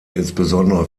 insbesondere